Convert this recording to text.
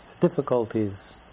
difficulties